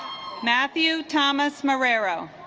matthew thomas marrero